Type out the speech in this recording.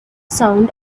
sound